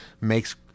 makes